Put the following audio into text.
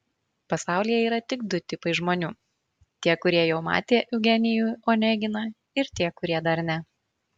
pasaulyje yra tik du tipai žmonių tie kurie jau matė eugenijų oneginą ir tie kurie dar ne